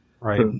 Right